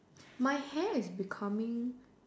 my hair is becoming